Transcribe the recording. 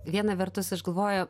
viena vertus aš galvoju